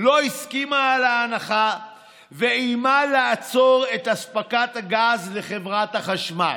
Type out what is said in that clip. לא הסכימה להנחה ואיימה לעצור את אספקת הגז לחברת החשמל,